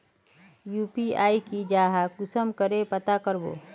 UPI की जाहा कुंसम करे पता करबो?